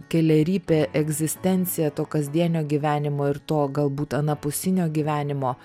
kelerypė egzistencija to kasdienio gyvenimo ir to galbūt anapusinio gyvenimo